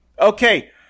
Okay